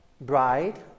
bride